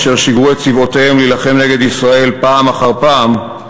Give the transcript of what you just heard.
אשר שיגרו את צבאותיהם להילחם נגד ישראל פעם אחר פעם,